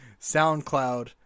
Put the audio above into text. SoundCloud